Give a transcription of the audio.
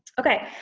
okay,